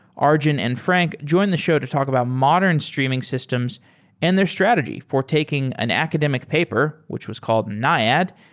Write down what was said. arjun and frank join the show to talk about modern streaming systems and their strategy for taking an academic paper, which was called naiad,